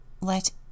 Let